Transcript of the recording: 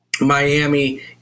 Miami